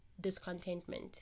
discontentment